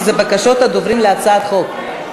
כי אלה בקשות דיבור על הצעת חוק.